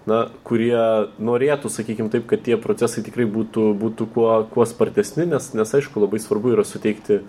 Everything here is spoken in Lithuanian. na kurie norėtų sakykim taip kad tie procesai tikrai būtų būtų kuo kuo spartesni nes nes aišku labai svarbu yra suteikti